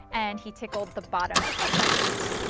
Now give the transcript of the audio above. and he tickled the bottom of my feet.